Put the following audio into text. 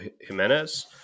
Jimenez